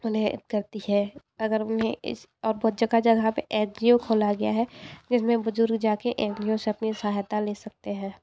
उन्हें करती है अगर उन्हें इस और बहुत जगह जगह पे एन जी ओ खोला गया है जिसमें बुजुर्ग जा के एन जी ओ से अपनी सहायता ले सकते हैं